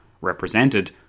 represented